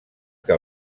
que